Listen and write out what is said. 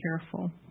careful